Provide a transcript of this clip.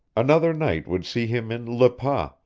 another night would see him in le pas,